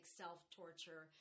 self-torture